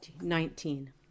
Nineteen